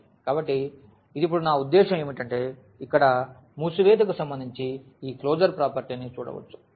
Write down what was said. కాబట్టి ఇది ఇప్పుడు నా ఉద్దేశ్యం ఏమిటంటే ఇక్కడ మూసివేతకు సంబంధించి ఈ క్లోజర్ ప్రాపర్టీ ని చూడవచ్చు